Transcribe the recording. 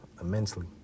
immensely